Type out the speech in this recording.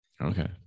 Okay